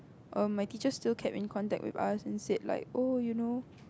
um my teacher still kept in contact with us and said like oh you know